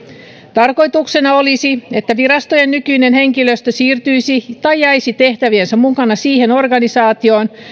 tarkoituksena olisi että virastojen nykyinen henkilöstö siirtyisi tai jäisi tehtäviensä mukana siihen organisaatioon